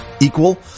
equal